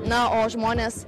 na o žmonės